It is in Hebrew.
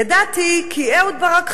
ידעתי, כי אהוד ברק חזר,